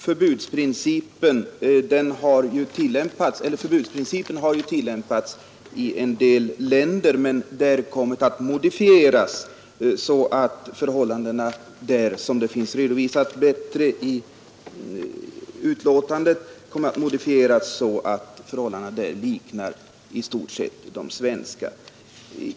Herr talman! Som det finns redovisat i betänkandet har ju förbudsprincipen tillämpats i en del länder men där kommit att modifieras så att förhållandena i stort sett liknar de svenska.